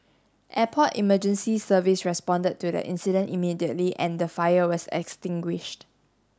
Airport Emergency Service responded to the incident immediately and the fire was extinguished